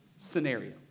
scenario